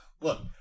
look